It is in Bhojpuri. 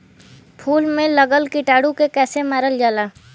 फूल में लगल कीटाणु के कैसे मारल जाला?